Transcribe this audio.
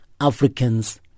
Africans